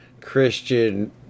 Christian